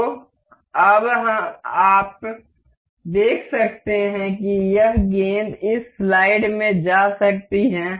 तो अब आप देख सकते हैं कि यह गेंद इस स्लाइड में जा सकती है